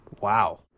Wow